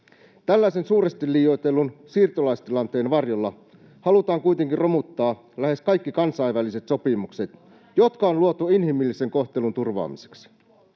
Tällaisen suuresti liioitellun siirtolaistilanteen varjolla halutaan kuitenkin romuttaa lähes kaikki kansainväliset sopimukset, [Leena Meren välihuuto] jotka on luotu inhimillisen kohtelun turvaamiseksi.